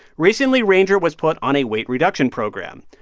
recently, ranger was put on a weight reduction program.